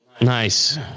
Nice